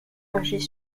agit